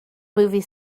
movie